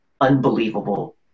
unbelievable